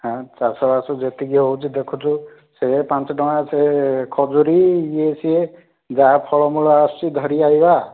ହାଁ ଚାଷବାସ ଯେତିକି ହେଉଛି ଦେଖୁଛୁ ସେ ପାଞ୍ଚଟଙ୍କା ସେ ଖଜୁରୀ ଇଏ ସିଏ ଯାହା ଫଳମୂଳ ଆସୁଛି ଧଡ଼ିଆ ଗୁଡ଼ା